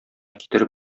китереп